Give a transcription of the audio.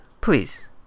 please